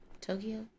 tokyo